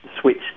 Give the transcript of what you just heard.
switch